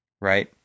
right